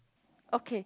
okay